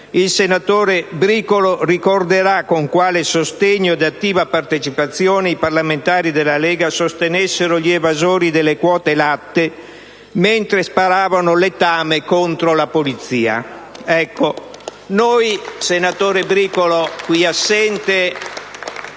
Il senatore Bricolo ricorderà con quale impegno ed attiva partecipazione i parlamentari della Lega sostenessero gli evasori delle quote latte mentre sparavano letame contro la polizia.